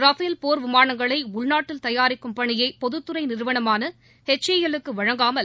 Rafale போர் விமானங்களை உள்நாட்டில் தயாரிக்கும் பணியை பொதுத்துறை நிறுவனமான எச் ஏ எல் க்கு வழங்காமல்